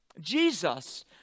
Jesus